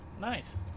Nice